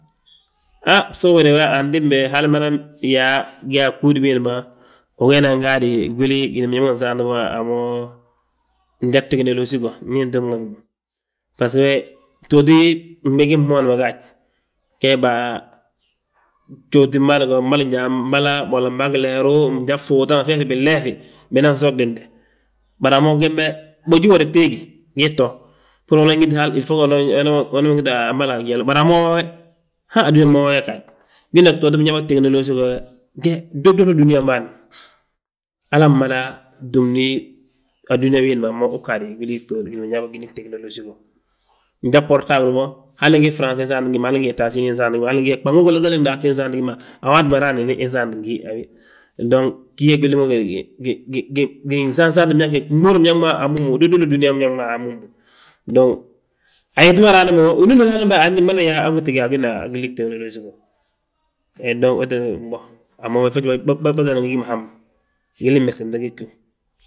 Han bso we de, antimbi he, hal mada yaa bgúudi biindi ma ugeenan gaade gwil gini biñaŋ nsaanti bo a mo wo. Njan tegnolosi go, ndi intugnali mo, baso we btooti fnɓigi fmooni ma gaaj, ge baa btootin bâan go. Mboli njan bala, walla mba gileeru, njan footaŋ fee fi binleefi, binan soogdinde. Bari a mo gembe, boji uwoda gteegi, gii tto, bbúri anan híti hal, unan wi tan a balan. Bari a moo we, han a dúniyaa mo we, wee gaaj. Bina btooti biñaŋ tegnolosi goo ge, gdodoge dúniyaan bâan. Halaa mmada túmni a dúniyaa wiindi ma ha mo uu ggaadi gwili btooti binyaa gi gwili tegnolosi go. Njan bbortabili bo, hali ngi farans uga saanti ngi hí ma, hali ngi Etasini nga saanti ngi hi ma, hali nga a gbago golla gele gdaatu, insaanti ngi hi ma, a waati ma raanini insaanti ngi hí a wi. Dong gi ge gwili ma húri gi saansaante, uduulu biñaŋ, wi duduulu dúniyaa biñaŋ ma a momu. Dong ayeti ma raana mo, winooni raanan be, umada yaa a wina gwili gtenolosi go, he boŋ fo bâtoona ngi gi ma hamma ndi gii mmegsente gi gíw.